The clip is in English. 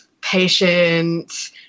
patient